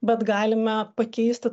bet galime pakeisti